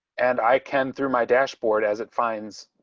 and i can through my dashboard, as it finds